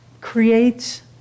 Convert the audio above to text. creates